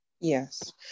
Yes